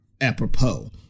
apropos